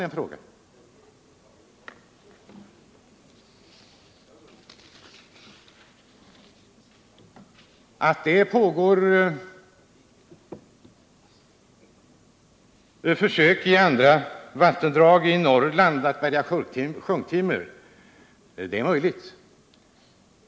Det är möjligt att det i andra vattendrag i Norrland pågår försök med att bärga sjunktimmer.